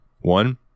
One